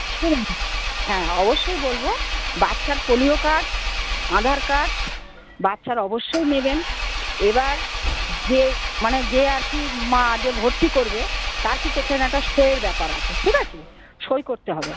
শুনুন হ্যাঁ অবশ্যই বলবো বাচ্চার পোলিও কার্ড আঁধার কার্ড বাচ্চার অবশ্যই নেবেন এবার যে মানে যে আর কী মা যে ভর্তি করবে তার কিন্তু এখানে একটা সইয়ের ব্যাপার আচে ঠিক আছে সই করতে হবে